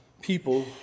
people